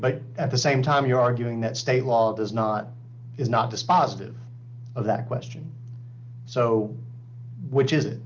but at the same time you're arguing that state law does not is not dispositive of that question so which is